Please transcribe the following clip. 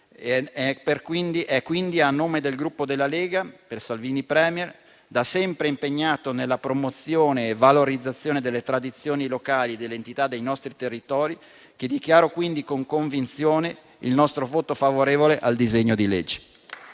Quindi, a nome del Gruppo Lega Salvini Premier-Partito Sardo d'Azione, da sempre impegnato nella promozione e valorizzazione delle tradizioni locali e dell'identità dei nostri territori, dichiaro quindi, con convinzione, il nostro voto favorevole al disegno di legge.